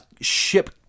ship